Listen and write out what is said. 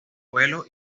abuelo